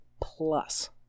plus